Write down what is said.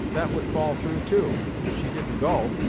that would fall through too, if she didn't go,